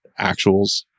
actuals